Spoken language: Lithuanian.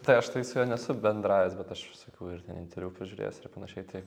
tai aš tai su juo nesu bendravęs bet aš visokių ir interviu pažiūrėjęs ir panašiai tai